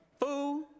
fool